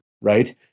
Right